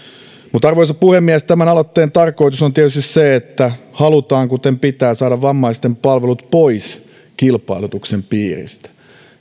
arvoisa puhemies tämän aloitteen tarkoitus on tietysti se että halutaan kuten pitää saada vammaisten palvelut pois kilpailutuksen piiristä